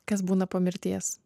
kas būna po mirties